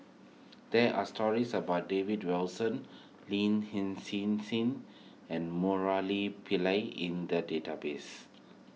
there are stories about David Wilson Lin Hsin Sin and Murali Pillai in the database